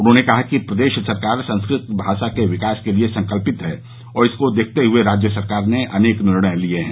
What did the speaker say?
उन्होंने कहा कि प्रदेश सरकार संस्कृत भाषा के विकास के लिए संकल्पित है और इसको देखते हए राज्य सरकार ने अनेक निर्णय लिये हैं